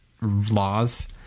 laws